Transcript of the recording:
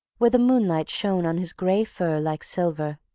where the moonlight shone on his grey fur like silver.